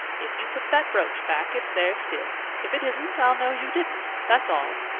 if you put that brooch back it's there still. if it isn't i'll know you didn't, that's all!